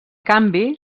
canvi